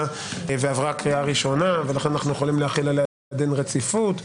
ועברה קריאה ראשונה ולכן אנחנו יכולים להחיל עליה דין רציפות.